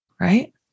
right